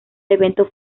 evento